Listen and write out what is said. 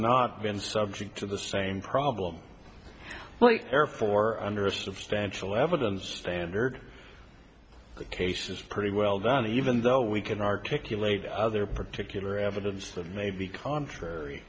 not been subject to the same problem well therefore under a substantial evidence standard case is pretty well done even though we can articulate other particular evidence that may be contrary